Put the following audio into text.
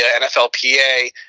NFLPA